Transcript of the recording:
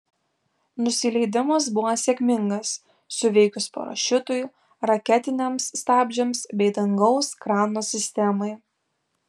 nusileidimas buvo sėkmingas suveikus parašiutui raketiniams stabdžiams bei dangaus krano sistemai